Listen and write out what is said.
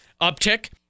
uptick